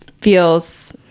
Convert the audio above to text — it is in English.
feels